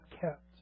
kept